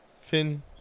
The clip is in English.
Finn